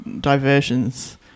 diversions